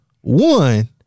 One